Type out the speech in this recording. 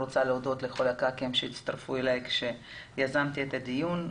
רוצה להודות לחברי הכנסת שהצטרפו אליי כשיזמתי את הדיון.